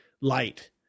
light